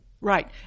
Right